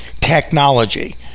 technology